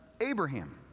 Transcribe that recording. Abraham